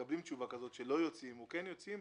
מקבלים תשובה כזו שלא יוצאים או כן יוצאים